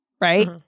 right